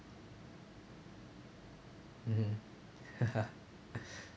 mmhmm